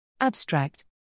Abstract